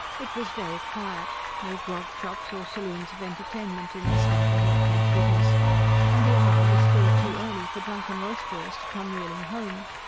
it was very quiet no grog-shops or saloons-of-entertainment in this neighbourhood, thank goodness and the hour was still too early for drunken roisterers to come reeling home.